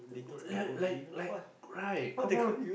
like like like right come on